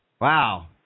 wow